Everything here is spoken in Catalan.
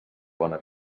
bona